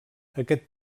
aquest